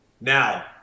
Now